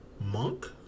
Monk